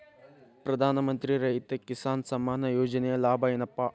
ಪ್ರಧಾನಮಂತ್ರಿ ರೈತ ಕಿಸಾನ್ ಸಮ್ಮಾನ ಯೋಜನೆಯ ಲಾಭ ಏನಪಾ?